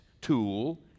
tool